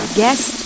guest